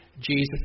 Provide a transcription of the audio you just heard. Jesus